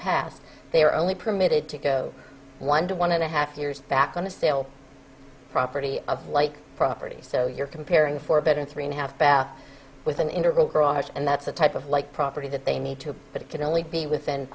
past they are only permitted to go one to one and a half years back on the sale property of like properties so you're comparing for a better three and a half bath with an integral garage and that's the type of like property that they need to but it can only be within